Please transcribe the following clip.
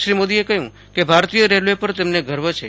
શ્રી મોદીએ કહ્યું કે ભારતીય રેલ્વે પર તેમને ગર્વ છે